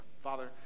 Father